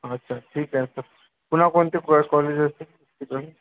अच्छा ठीक आहे सर कोणते कॉलेज असते